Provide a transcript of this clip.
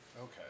Okay